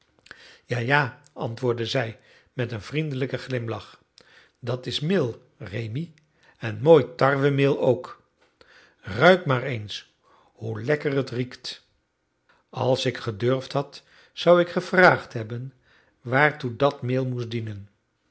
ja ja antwoorde zij met een vriendelijken glimlach dat is meel rémi en mooi tarwemeel ook ruik maar eens hoe lekker het riekt als ik gedurfd had zou ik gevraagd hebben waartoe dat meel moest dienen